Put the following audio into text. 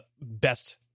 best